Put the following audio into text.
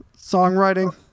songwriting